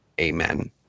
Amen